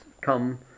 come